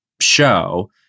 show